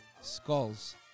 skulls